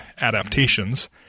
adaptations